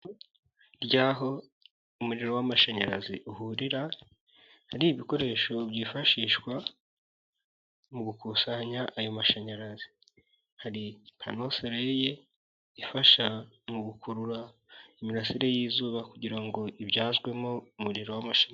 Ry'aho umuriro w'amashanyarazi uhurira hari ibikoresho byifashishwa mu gukusanya ayo mashanyarazi hari pano soreye ifasha mu gukurura imirasire y'izuba kugira ngo ibyazwemo umuriro w'imashini.